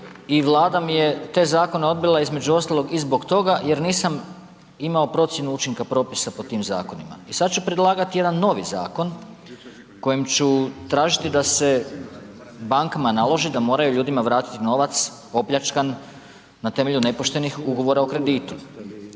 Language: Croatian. i Vlada mi je te zakone odbila između ostalog i zbog toga jer nisam imao procjenu učinka propisa po tim zakonima. I sada ću predlagati jedan novi zakon kojim ću tražiti da se bankama naloži da moraju ljudima vratiti novac opljačkan na temelju nepoštenih ugovora o kreditu.